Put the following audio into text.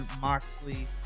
moxley